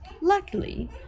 Luckily